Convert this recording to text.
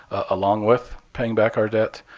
along with paying back our debt.